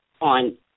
on